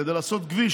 כדי לעשות כביש